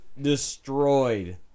destroyed